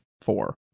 four